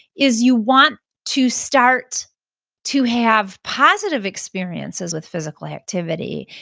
is you want to start to have positive experiences with physical activity.